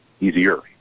easier